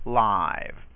live